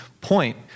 point